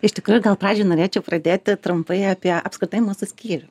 iš tikrųjų gal pradžiai norėčiau pradėti trumpai apie apskritai mūsų skyrių